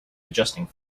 adjusting